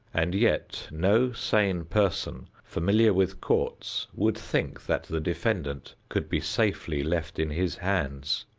and yet, no sane person familiar with courts would think that the defendant could be safely left in his hands.